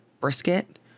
brisket